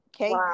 okay